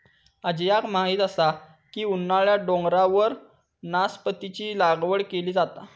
अजयाक माहीत असा की उन्हाळ्यात डोंगरावर नासपतीची लागवड केली जाता